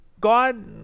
God